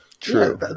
True